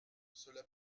cela